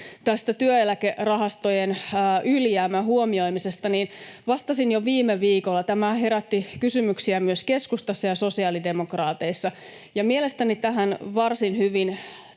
työeläkerahastojen ylijäämän huomioimisesta: Niihin vastasin jo viime viikolla. Tämä herätti kysymyksiä myös keskustassa ja sosiaalidemokraateissa, ja mielestäni tähän varsin hyvin